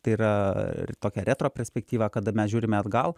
tai yra ir tokią retro perspektyvą kada mes žiūrime atgal